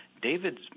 David's